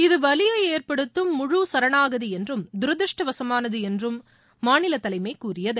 இது வலியை ஏற்படுத்தும் முழு சரணாகதி என்றும் துரதிருஷ்டவசமானது என்றும் மாநில தலைமை கூறியது